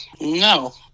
no